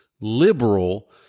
liberal